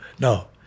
No